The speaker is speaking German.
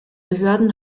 behörden